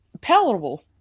palatable